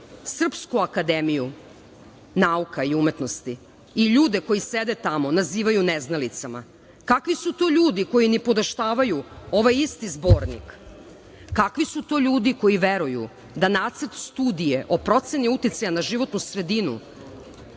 Srpsku akademiju nauka i umetnosti i ljude koji sede tamo nazivaju neznalicama? Kakvi su to ljudi koji nipodaštavaju ovaj isti Zbornik? Kakvi su to ljudi koji veruju da Nacrt studije o proceni uticaja na životnu sredinu